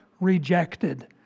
rejected